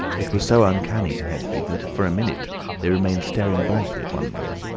it was so uncanny to henfrey that for a minute they remained staring blankly at one another.